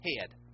head